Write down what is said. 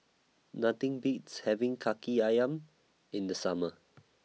Nothing Beats having Kaki Ayam in The Summer